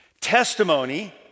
testimony